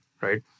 right